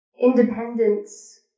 Independence